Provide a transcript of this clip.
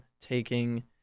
taking